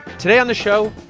today on the show,